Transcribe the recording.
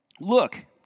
Look